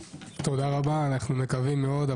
תודה רבה, אנחנו מקווים מאוד.